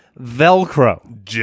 Velcro